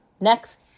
Next